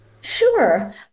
Sure